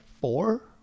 four